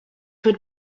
would